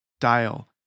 dial